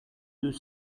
deux